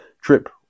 trip